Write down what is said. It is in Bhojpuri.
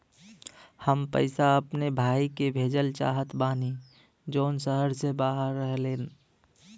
हम पैसा अपने भाई के भेजल चाहत बानी जौन शहर से बाहर रहेलन